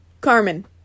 Carmen